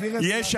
את יודעת,